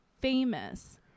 famous